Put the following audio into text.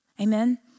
amen